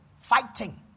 fighting